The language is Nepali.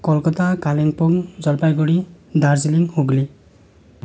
कलकत्ता कालिम्पोङ जलपाइगढी दार्जिलिङ हुगली